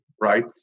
right